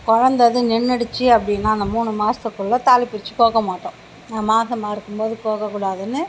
குழந்த இது நின்னுடுச்சு அப்படினா அந்த மூணு மாசத்துக்குள்ளே தாலிப்பிரித்து கோர்க்கமாட்டோம் மாசமாயிருக்கும்போது கோர்க்க கூடாதுன்னு